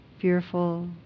fearful